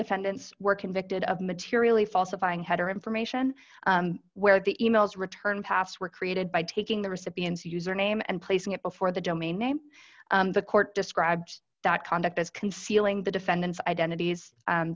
defendants were convicted of materially falsifying header information where the emails returned past were created by taking the recipients username and placing it before the domain name the court described that conduct as concealing the defendant's identities